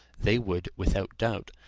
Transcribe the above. they would, without doubt,